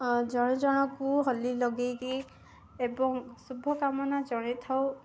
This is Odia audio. ଜଣ ଜଣଙ୍କୁ ହୋଲି ଲଗାଇକି ଏବଂ ଶୁଭକାମନା ଜଣାଇ ଥାଉ